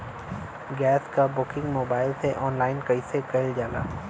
Gas क booking mobile से online कईसे कईल जाला?